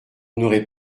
n’aurait